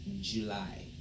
July